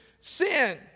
sin